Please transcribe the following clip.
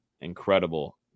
incredible